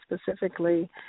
specifically